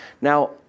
Now